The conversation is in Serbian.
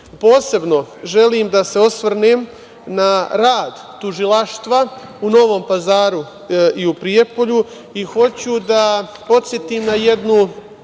želim da se osvrnem na rad tužilaštva u Novom Pazaru i u Prijepolju i hoću da podsetim na jednu